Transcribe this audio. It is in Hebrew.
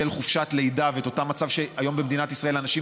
חופשת לידה ואת אותו מצב שהיום במדינת ישראל אנשים